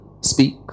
speak